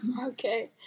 Okay